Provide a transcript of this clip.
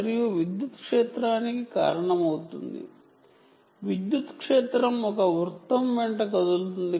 మరియు electric field వృత్తంగా తిరగటానికి కారణమవుతుంది